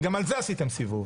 עשיתם סיבוב.